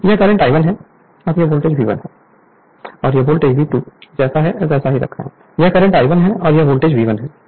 यह current I1 है और यह वोल्टेज V1 है और यह वोल्टेज V2 जैसा है वैसा ही है